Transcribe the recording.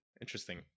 Interesting